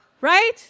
Right